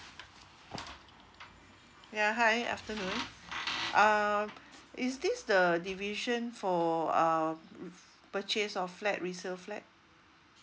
ya hi afternoon uh is this the division for uh purchase of flat resale flat